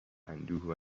اندوه